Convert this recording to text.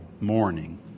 morning